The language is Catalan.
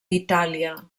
itàlia